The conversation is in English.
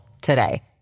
today